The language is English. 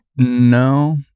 no